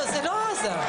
זה לא עזה.